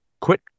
quit